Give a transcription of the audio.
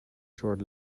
short